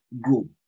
grow